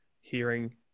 hearing